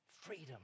Freedom